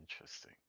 interesting